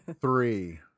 three